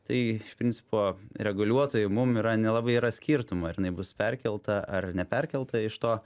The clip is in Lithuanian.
tai iš principo reguliuotojui mum yra nelabai yra skirtumo ar jinai bus perkelta ar ne perkelta iš to